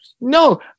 No